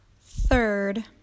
Third